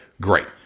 Great